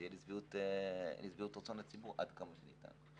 שיהיה לשביעות רצון הציבור עד כמה שניתן.